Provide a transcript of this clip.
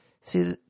see